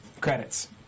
Credits